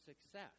success